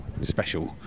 special